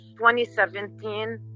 2017